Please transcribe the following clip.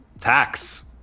Tax